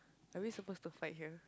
are we supposed to fight here